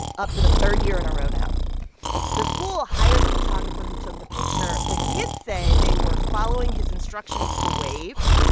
up for the third year in a row now the school hired the photographer who took the picture. the kids say they were following his instructions to wave.